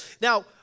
Now